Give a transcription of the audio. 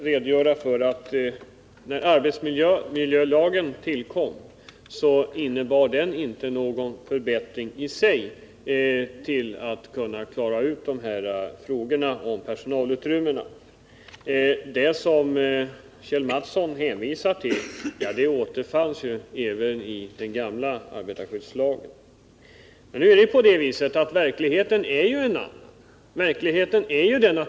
Herr talman! Arbetsmiljölagen medförde i sig inte någon förbättring i fråga om dessa personalutrymmen. Det Kjell Mattsson hänvisade till återfanns ju även i den gamla arbetarskyddslagen. Verkligheten är emellertid en annan.